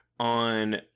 on